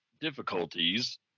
difficulties